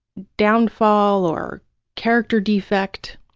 downfall or character defect,